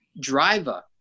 driver